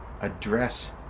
Address